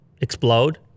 explode